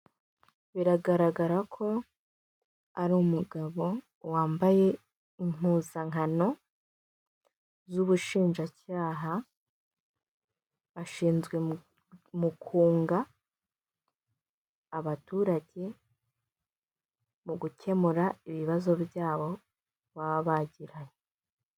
Biragaragara ko ari umugabo wambaye impuzankano z'ubushinjacyaha, ashinzwe mu kunga abaturage mu gukemura ibibazo byabo baba bagiranye.